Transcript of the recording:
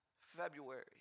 February